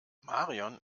marion